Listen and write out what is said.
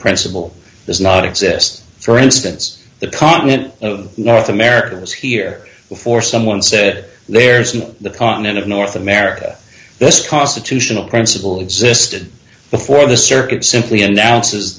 principle does not exist for instance the continent north america was here before someone said there's no continent of north america this constitutional principle existed before the circuit simply announce